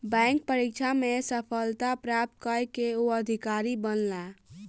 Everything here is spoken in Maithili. बैंक परीक्षा में सफलता प्राप्त कय के ओ अधिकारी बनला